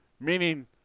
Meaning